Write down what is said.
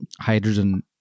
hydrogen